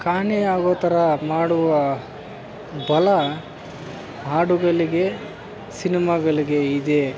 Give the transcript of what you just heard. ಕಾಣೆಯಾಗುವ ಥರ ಮಾಡುವ ಬಲ ಹಾಡುಗಳಿಗೆ ಸಿನಿಮಾಗಳಿಗೆ ಇದೆ